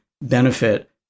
benefit